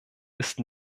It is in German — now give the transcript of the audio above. ist